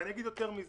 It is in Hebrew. אני אומר יותר זה.